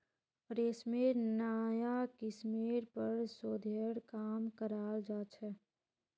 रेशमेर नाया किस्मेर पर शोध्येर काम कराल जा छ